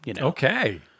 Okay